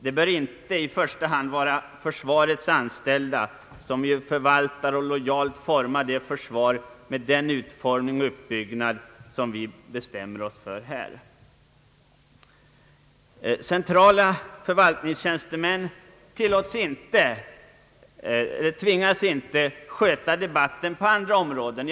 Det bör inte vara försvarets anställda, som ju förvaltar och lojalt formar ett försvar med en uppbyggnad och omfattning som vi bestämmer oss för här. Centrala förvaltningstjänstemän behöver inte sköta debatten på andra områden.